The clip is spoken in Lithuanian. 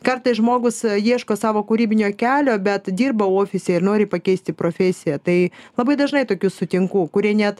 kartais žmogus ieško savo kūrybinio kelio bet dirba ofise ir nori pakeisti profesiją tai labai dažnai tokius sutinku kurie net